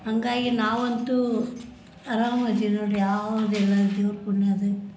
ಹಾಗಾಗಿ ನಾವಂತೂ ಅರಾಮ್ ಇದೀವಿ ನೋಡಿರಿ ಯಾವುದಿಲ್ಲ ದೇವ್ರ ಪುಣ್ಯ ಅದು